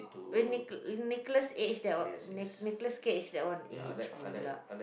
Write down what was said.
eh with Nicholas-Cage that one Nicholas-Cage that one age pula